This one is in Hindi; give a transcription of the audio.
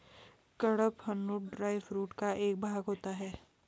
कड़पहनुत ड्राई फूड का एक भाग होता है